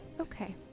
Okay